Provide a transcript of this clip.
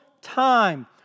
time